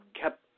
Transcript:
kept